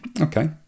okay